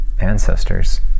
ancestors